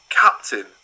captain